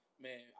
Man